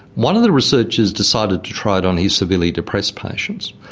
one of the researchers decided to try it on his severely depressed patients,